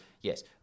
yes